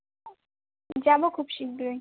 যাবো খুব শীঘ্রই